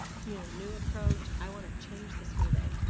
you know, new approach. i wanna change the school day.